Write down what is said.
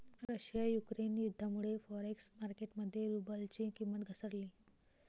Russia Ukraine युद्धामुळे forex market मध्ये रुबलची किंमत घसरली